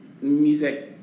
music